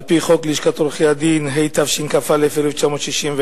על-פי חוק לשכת עורכי-הדין, התשכ"א 1961,